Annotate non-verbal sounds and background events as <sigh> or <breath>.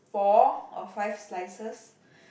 four or five slices <breath>